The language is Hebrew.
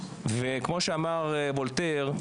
כמו שאמר וולטר,